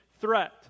threat